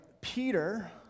Peter